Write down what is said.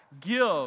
give